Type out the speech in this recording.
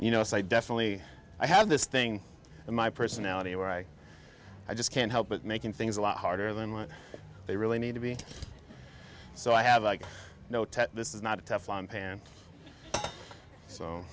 you know so i definitely i have this thing in my personality where i i just can't help but making things a lot harder than what they really need to be so i have like no this is not a teflon pan so